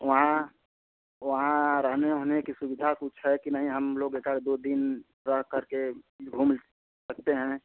वहाँ वहाँ रहने ओहने की सुविधा कुछ है कि नहीं हम लोग एकाध दो दिन रह करके घूम सकते हैं